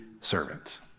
servant